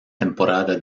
temporada